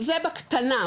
זה בקטנה,